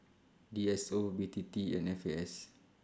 D S O B T T and F A S